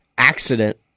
accident